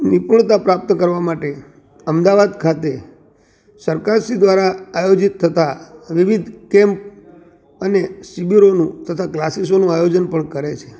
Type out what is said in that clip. નિપૂણતા પ્રાપ્ત કરવા માટે અમદાવાદ ખાતે સરકારશ્રી દ્રારા આયોજિત થતા વિવિધ કેમ્પ અને શિબિરોનું થતાં ક્લાસીસોનું આયોજન પણ કરે છે